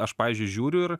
aš pavyzdžiui žiūriu ir